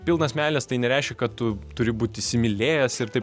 pilnas meilės tai nereiškia kad tu turi būt įsimylėjęs ir taip